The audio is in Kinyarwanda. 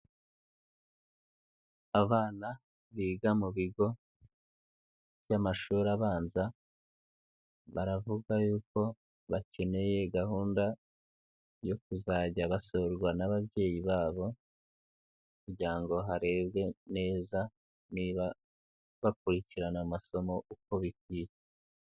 Abana biga mu bigo by'amashuri abanza baravuga yuko bakeneye gahunda yo kuzajya basurwa n'ababyeyi babo kugira ngo harebwe neza niba bakurikirana amasomo uko bikwiye.